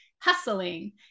hustling